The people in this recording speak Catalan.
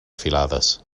filades